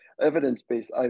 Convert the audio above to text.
evidence-based